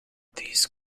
these